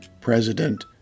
president